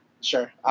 sure